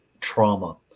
trauma